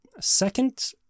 second